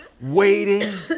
waiting